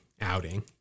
outing